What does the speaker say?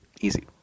easy